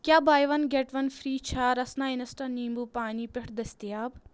کیاہ buy one get one free چھا Rasna insta نیٖمبوٗ پانی پیٹھ دٔستیاب